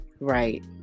Right